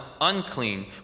unclean